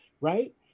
right